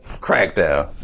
Crackdown